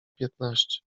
piętnaście